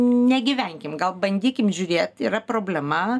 negyvenkim gal bandykim žiūrėt yra problema